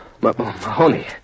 Mahoney